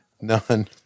None